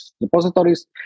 repositories